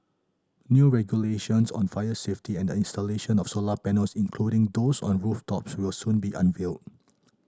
new regulations on fire safety and the installation of solar panels including those on rooftops will soon be unveiled